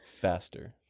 faster